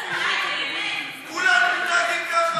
כולם מתנהגים ככה?